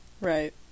Right